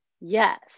Yes